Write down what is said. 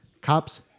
Cops